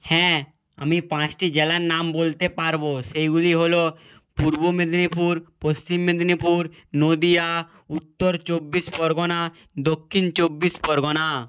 হ্যাঁ আমি পাঁচটি জেলার নাম বলতে পারবো সেইগুলি হলো পূর্ব মেদিনীপুর পশ্চিম মেদিনীপুর নদীয়া উত্তর চব্বিশ পরগনা দক্ষিণ চব্বিশ পরগনা